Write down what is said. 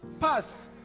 Pass